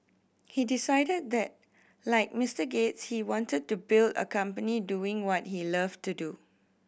he decided that like Mister Gates he wanted to build a company doing what he love to do